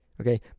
Okay